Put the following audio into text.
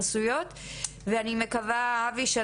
ההתייחסויות שלהם לגבי כל נושא ואני מקווה אבי מוטולה,